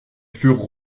furent